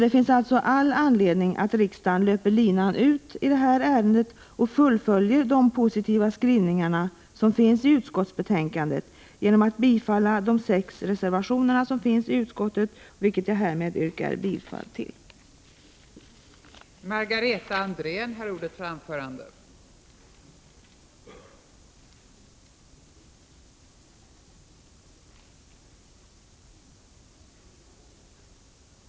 Det finns all anledning för riksdagen att löpa linan ut i detta ärende och att fullfölja de positiva skrivningar som finns i utskottsbetänkandet genom att bifalla de sex reservationer som är fogade till utskottsbetänkandet, vilka jag härmed yrkar bifall till.